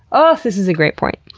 oh, this is a great point!